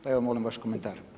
Pa evo molim vaš komentar.